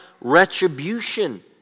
retribution